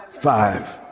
five